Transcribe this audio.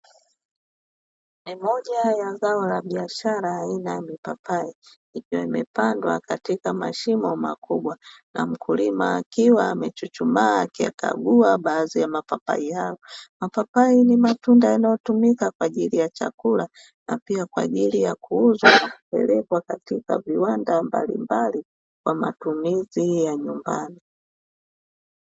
Ni moja ya zao la biashara aina ya mipapai, ikiwa imepandwa katika mashimo makubwa, na mkulima akiwa amechuchumaa akiyakagua baadhi ya mapapai hayo. Mapapai ni matunda yanayotumika kwa ajili ya chakula, na pia kwa ajili ya kuuzwa na kupelekwa katika viwanda mbalimbali, na kwa matumizi ya nyumbani.